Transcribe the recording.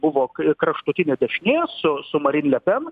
buvo kraštutinė dešinės su marin lepen